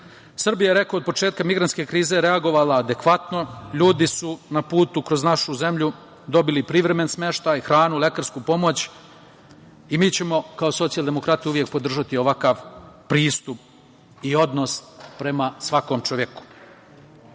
je od početka migrantske krize reagovala adekvatno. Ljudi su na putu kroz našu zemlju dobili privremen smeštaj, hranu, lekarsku pomoć i mi ćemo kao socijaldemokrati uvek podržati ovakav pristup i odnos prema svakom čoveku. Naravno